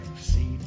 see